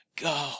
go